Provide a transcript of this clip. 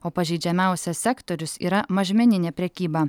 o pažeidžiamiausias sektorius yra mažmeninė prekyba